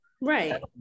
Right